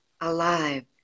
alive